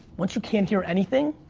once you can't hear anything,